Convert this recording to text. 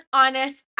honest